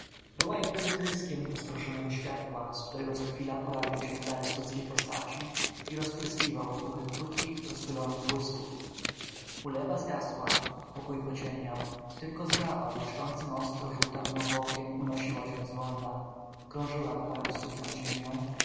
była jakby wytryskiem rozproszonego światła z którego co chwila urabiał się zarys ludzkiej postaci i rozpryskiwał wybuchem krótkich rozpylonych błysków ulewa zgasła pokój pociemniał tylko zjawa błyszczącym ostro żółtawym obłokiem unosiła się zwolna krążyła na parę stóp nad ziemią